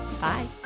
Bye